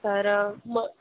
तर मग